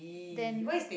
then